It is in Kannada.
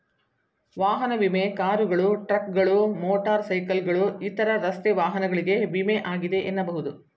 ವಾಹನ ವಿಮೆ ಕಾರುಗಳು, ಟ್ರಕ್ಗಳು, ಮೋಟರ್ ಸೈಕಲ್ಗಳು ಇತರ ರಸ್ತೆ ವಾಹನಗಳಿಗೆ ವಿಮೆ ಆಗಿದೆ ಎನ್ನಬಹುದು